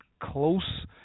close